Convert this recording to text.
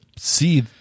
See